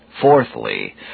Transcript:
Fourthly